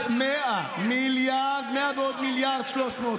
1.1 מיליארד ועוד 1.3 מיליארד.